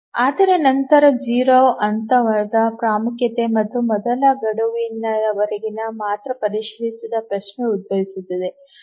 ಆದರೆ ನಂತರ 0 ಹಂತದ ಪ್ರಾಮುಖ್ಯತೆ ಮತ್ತು ಮೊದಲ ಗಡುವಿನವರೆಗೆ ಮಾತ್ರ ಪರಿಶೀಲಿಸುವ ಪ್ರಶ್ನೆ ಉದ್ಭವಿಸುತ್ತದೆ